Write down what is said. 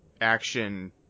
action